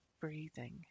breathing